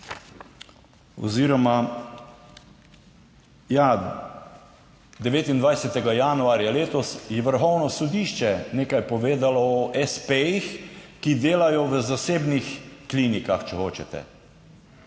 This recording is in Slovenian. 29. januarja letos je Vrhovno sodišče nekaj povedalo o espejih, ki delajo v zasebnih klinikah, če hočete.